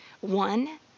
One